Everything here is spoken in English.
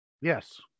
Yes